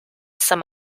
some